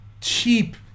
cheap